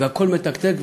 והכול מתקתק.